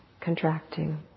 contracting